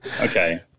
Okay